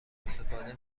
استفاده